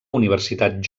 universitat